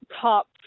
top